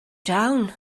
down